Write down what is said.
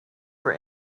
for